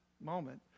moment